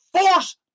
force